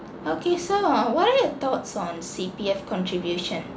okay so ah what are your thoughts on C_P_F contribution